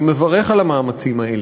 אני מברך על המאמצים האלה.